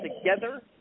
together